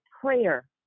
prayer